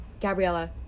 Gabriella